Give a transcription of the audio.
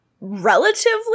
relatively